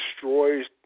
destroys